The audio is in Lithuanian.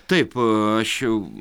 taip aš jau